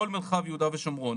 כל מרחב יהודה ושומרון.